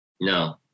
No